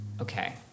Okay